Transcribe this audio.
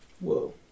whoa